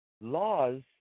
Laws